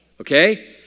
Okay